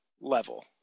level